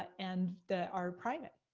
and that are private,